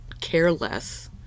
careless